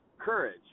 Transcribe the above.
courage